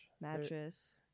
mattress